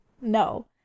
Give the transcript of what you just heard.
No